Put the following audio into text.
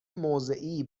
موضعی